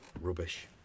Rubbish